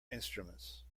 instruments